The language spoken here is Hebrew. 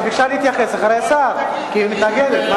שביקשה להתייחס אחרי השר כי היא מתנגדת.